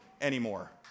anymore